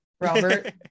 Robert